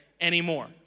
anymore